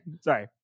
Sorry